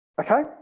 Okay